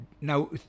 Now